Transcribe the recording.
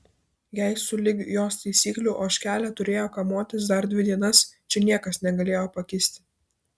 jei sulig jos taisyklių ožkelė turėjo kamuotis dar dvi dienas čia niekas negalėjo pakisti